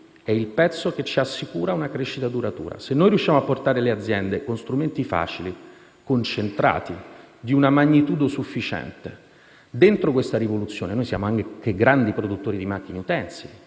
è il pezzo che ci assicura una crescita duratura. Il punto è riuscire a portare le aziende con strumenti facili, concentrati e di una magnitudine sufficiente dentro questa rivoluzione. Noi siamo anche grandi produttori di macchine utensili: